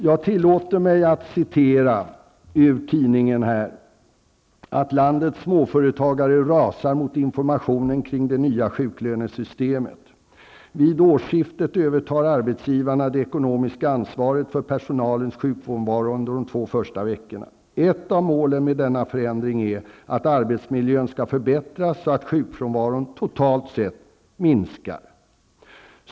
Jag citerar ur Dagens Nyheter: ''Landets småföretagare rasar mot informationen kring det nya sjuklönesystemet. -- Vid årsskiftet övertar arbetsgivarna det ekonomiska ansvaret för personalens sjukfrånvaro under de första två veckorna. Ett av målen med denna förändring är att arbetsmiljön ska förbättras så att sjukfrånvaron totalt sett minskar.